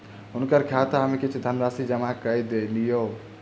हुनकर खाता में किछ धनराशि जमा कय दियौन